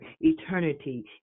eternity